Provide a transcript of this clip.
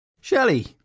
Shelley